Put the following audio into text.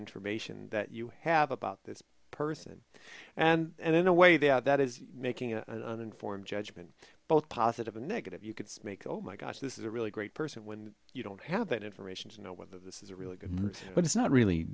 information that you have about this person and in a way that is making an informed judgment both positive and negative you could make oh my gosh this is a really great person when you don't have that information to know whether this is a really good but it's not really